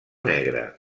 negre